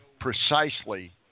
precisely